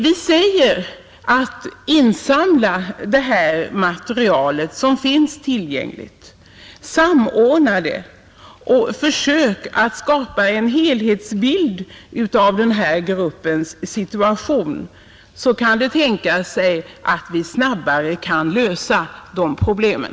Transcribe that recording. Vi säger: Insamla det material som finns tillgängligt, samordna det och försök att skapa en helhetsbild av den här gruppens situation, så är det tänkbart att vi snabbare kan lösa problemen!